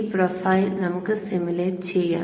ഈ പ്രൊഫൈൽ നമുക്ക് സിമുലേറ്റ് ചെയ്യാം